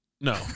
No